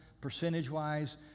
percentage-wise